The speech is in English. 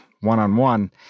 one-on-one